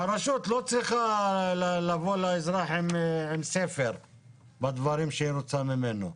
והרשות לא צריכה לבוא לאזרח עם ספר בדברים שהיא רוצה ממנו.